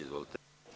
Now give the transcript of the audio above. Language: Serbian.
Izvolite.